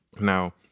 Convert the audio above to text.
Now